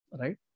right